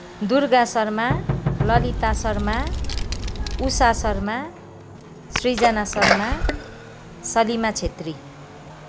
Durga Sharma Lalita Sharma Usha Sharma Srijana Sharma Salima Chhetri